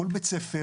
כל בית ספר,